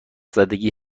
زدگی